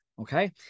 Okay